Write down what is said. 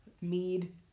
mead